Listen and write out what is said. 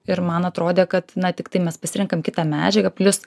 ir man atrodė kad na tiktai mes pasirenkam kitą medžiagą plius